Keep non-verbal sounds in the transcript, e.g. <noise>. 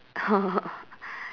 oh <laughs>